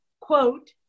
quote